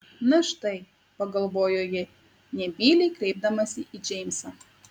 na štai pagalvojo ji nebyliai kreipdamasi į džeimsą